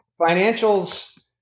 Financials